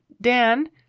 Dan